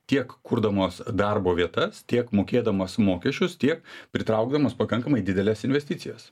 tiek kurdamos darbo vietas tiek mokėdamos mokesčius tiek pritraukdamos pakankamai dideles investicijas